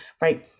right